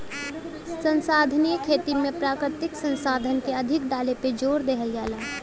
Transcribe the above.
संसाधनीय खेती में प्राकृतिक संसाधन के अधिक डाले पे जोर देहल जाला